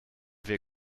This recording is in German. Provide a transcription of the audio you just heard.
wir